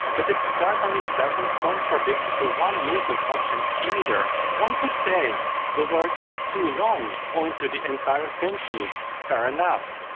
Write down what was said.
but it certainly doesn't contradict the one-movement option either. one could say the words too long point to the entire symphony. fair enough.